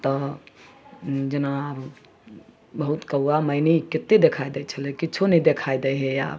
तऽ जेना बहुत कौआ मैना कते देखाइ दै छलै किछो नहि देखाइ दै है आब